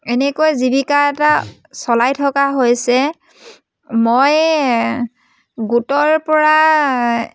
এনেকৈ জীৱিকা এটা চলাই থকা হৈছে মই গোটৰ পৰা